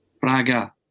Braga